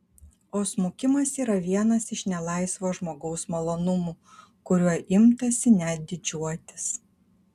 o smukimas yra vienas iš nelaisvo žmogaus malonumų kuriuo imtasi net didžiuotis